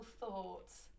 thoughts